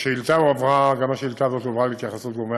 גם שאילתה זו הועברה להתייחסות גורמי